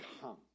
come